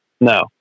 No